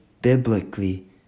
biblically